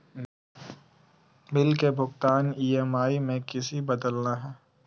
Bill के भुगतान EMI में किसी बदलना है?